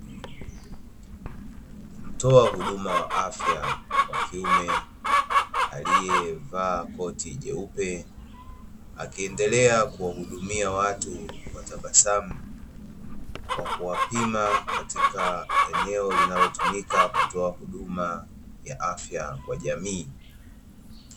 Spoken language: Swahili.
Mtoa huduma wa afya wa kiume aliyevaa koti jeupe akiendelea kuwapima watu kwenye eneo la kutoa huduma ya afya kwa jamii